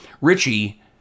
Richie